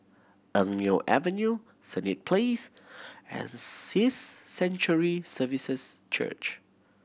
Eng Neo Avenue Senett Place and Sanctuary Services Church